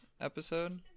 episode